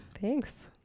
Thanks